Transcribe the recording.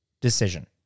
decision